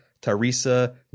Teresa